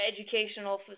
educational